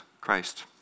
Christ